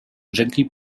gently